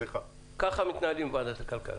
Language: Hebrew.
ככה מתנהלים בוועדת הכלכלה.